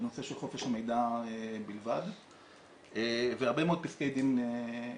בנושא של חופש מידע בלבד והרבה מאוד פסקי דין ניתנו